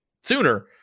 sooner